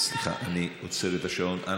סליחה, אני עוצר את השעון.